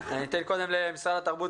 רוצה לשאול את נציגי משרד התרבות